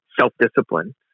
self-discipline